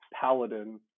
Paladin